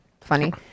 funny